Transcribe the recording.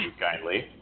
kindly